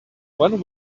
when